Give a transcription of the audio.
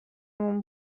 موم